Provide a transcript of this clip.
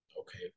Okay